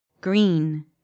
Green